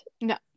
No